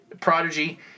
Prodigy